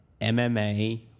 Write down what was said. MMA